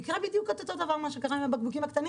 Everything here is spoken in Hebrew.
יקרה שוב בדיוק מה שקרה עם הבקבוקים הקטנים.